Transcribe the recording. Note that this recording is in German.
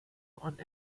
und